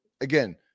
again